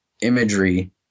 imagery